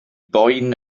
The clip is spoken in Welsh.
boen